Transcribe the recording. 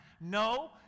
No